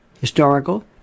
historical